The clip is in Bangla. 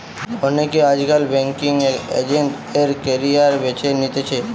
অনেকে আজকাল বেংকিঙ এজেন্ট এর ক্যারিয়ার বেছে নিতেছে